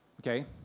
Okay